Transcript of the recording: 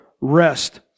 rest